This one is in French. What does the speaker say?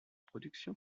production